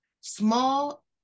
Small